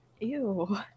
Ew